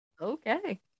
Okay